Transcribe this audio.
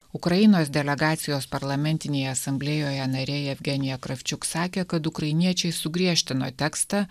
ukrainos delegacijos parlamentinėje asamblėjoje narė jevgenija kravčiuk sakė kad ukrainiečiai sugriežtina tekstą